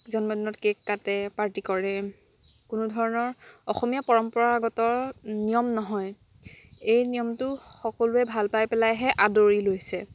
জন্মদিনত কে'ক কাটে পাৰ্টি কৰে কোনোধৰণৰ অসমীয়া পৰম্পৰাগত নিয়ম নহয় এই নিয়মটো সকলোৱে ভালপাই পেলাইহে আদৰি লৈছে